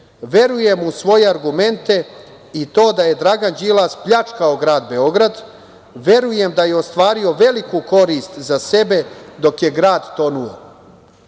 „Verujem u svoje argumente i to da je Dragan Đilas pljačkao grad Beograd, verujem da je ostvario veliku korist za sebe dok je grad tonuo“.